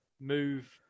move